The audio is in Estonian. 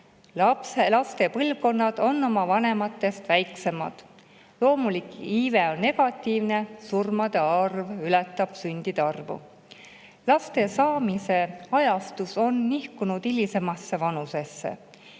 laste põlvkonnad on oma vanemate [põlvkonnast] väiksemad. Loomulik iive on negatiivne, surmade arv ületab sündide arvu. Laste saamise ajastus on nihkunud hilisemasse vanusesse,